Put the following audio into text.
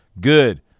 Good